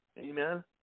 Amen